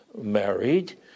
married